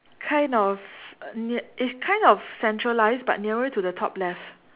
kind of near it's kind of centralised but nearer to the top left